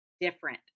different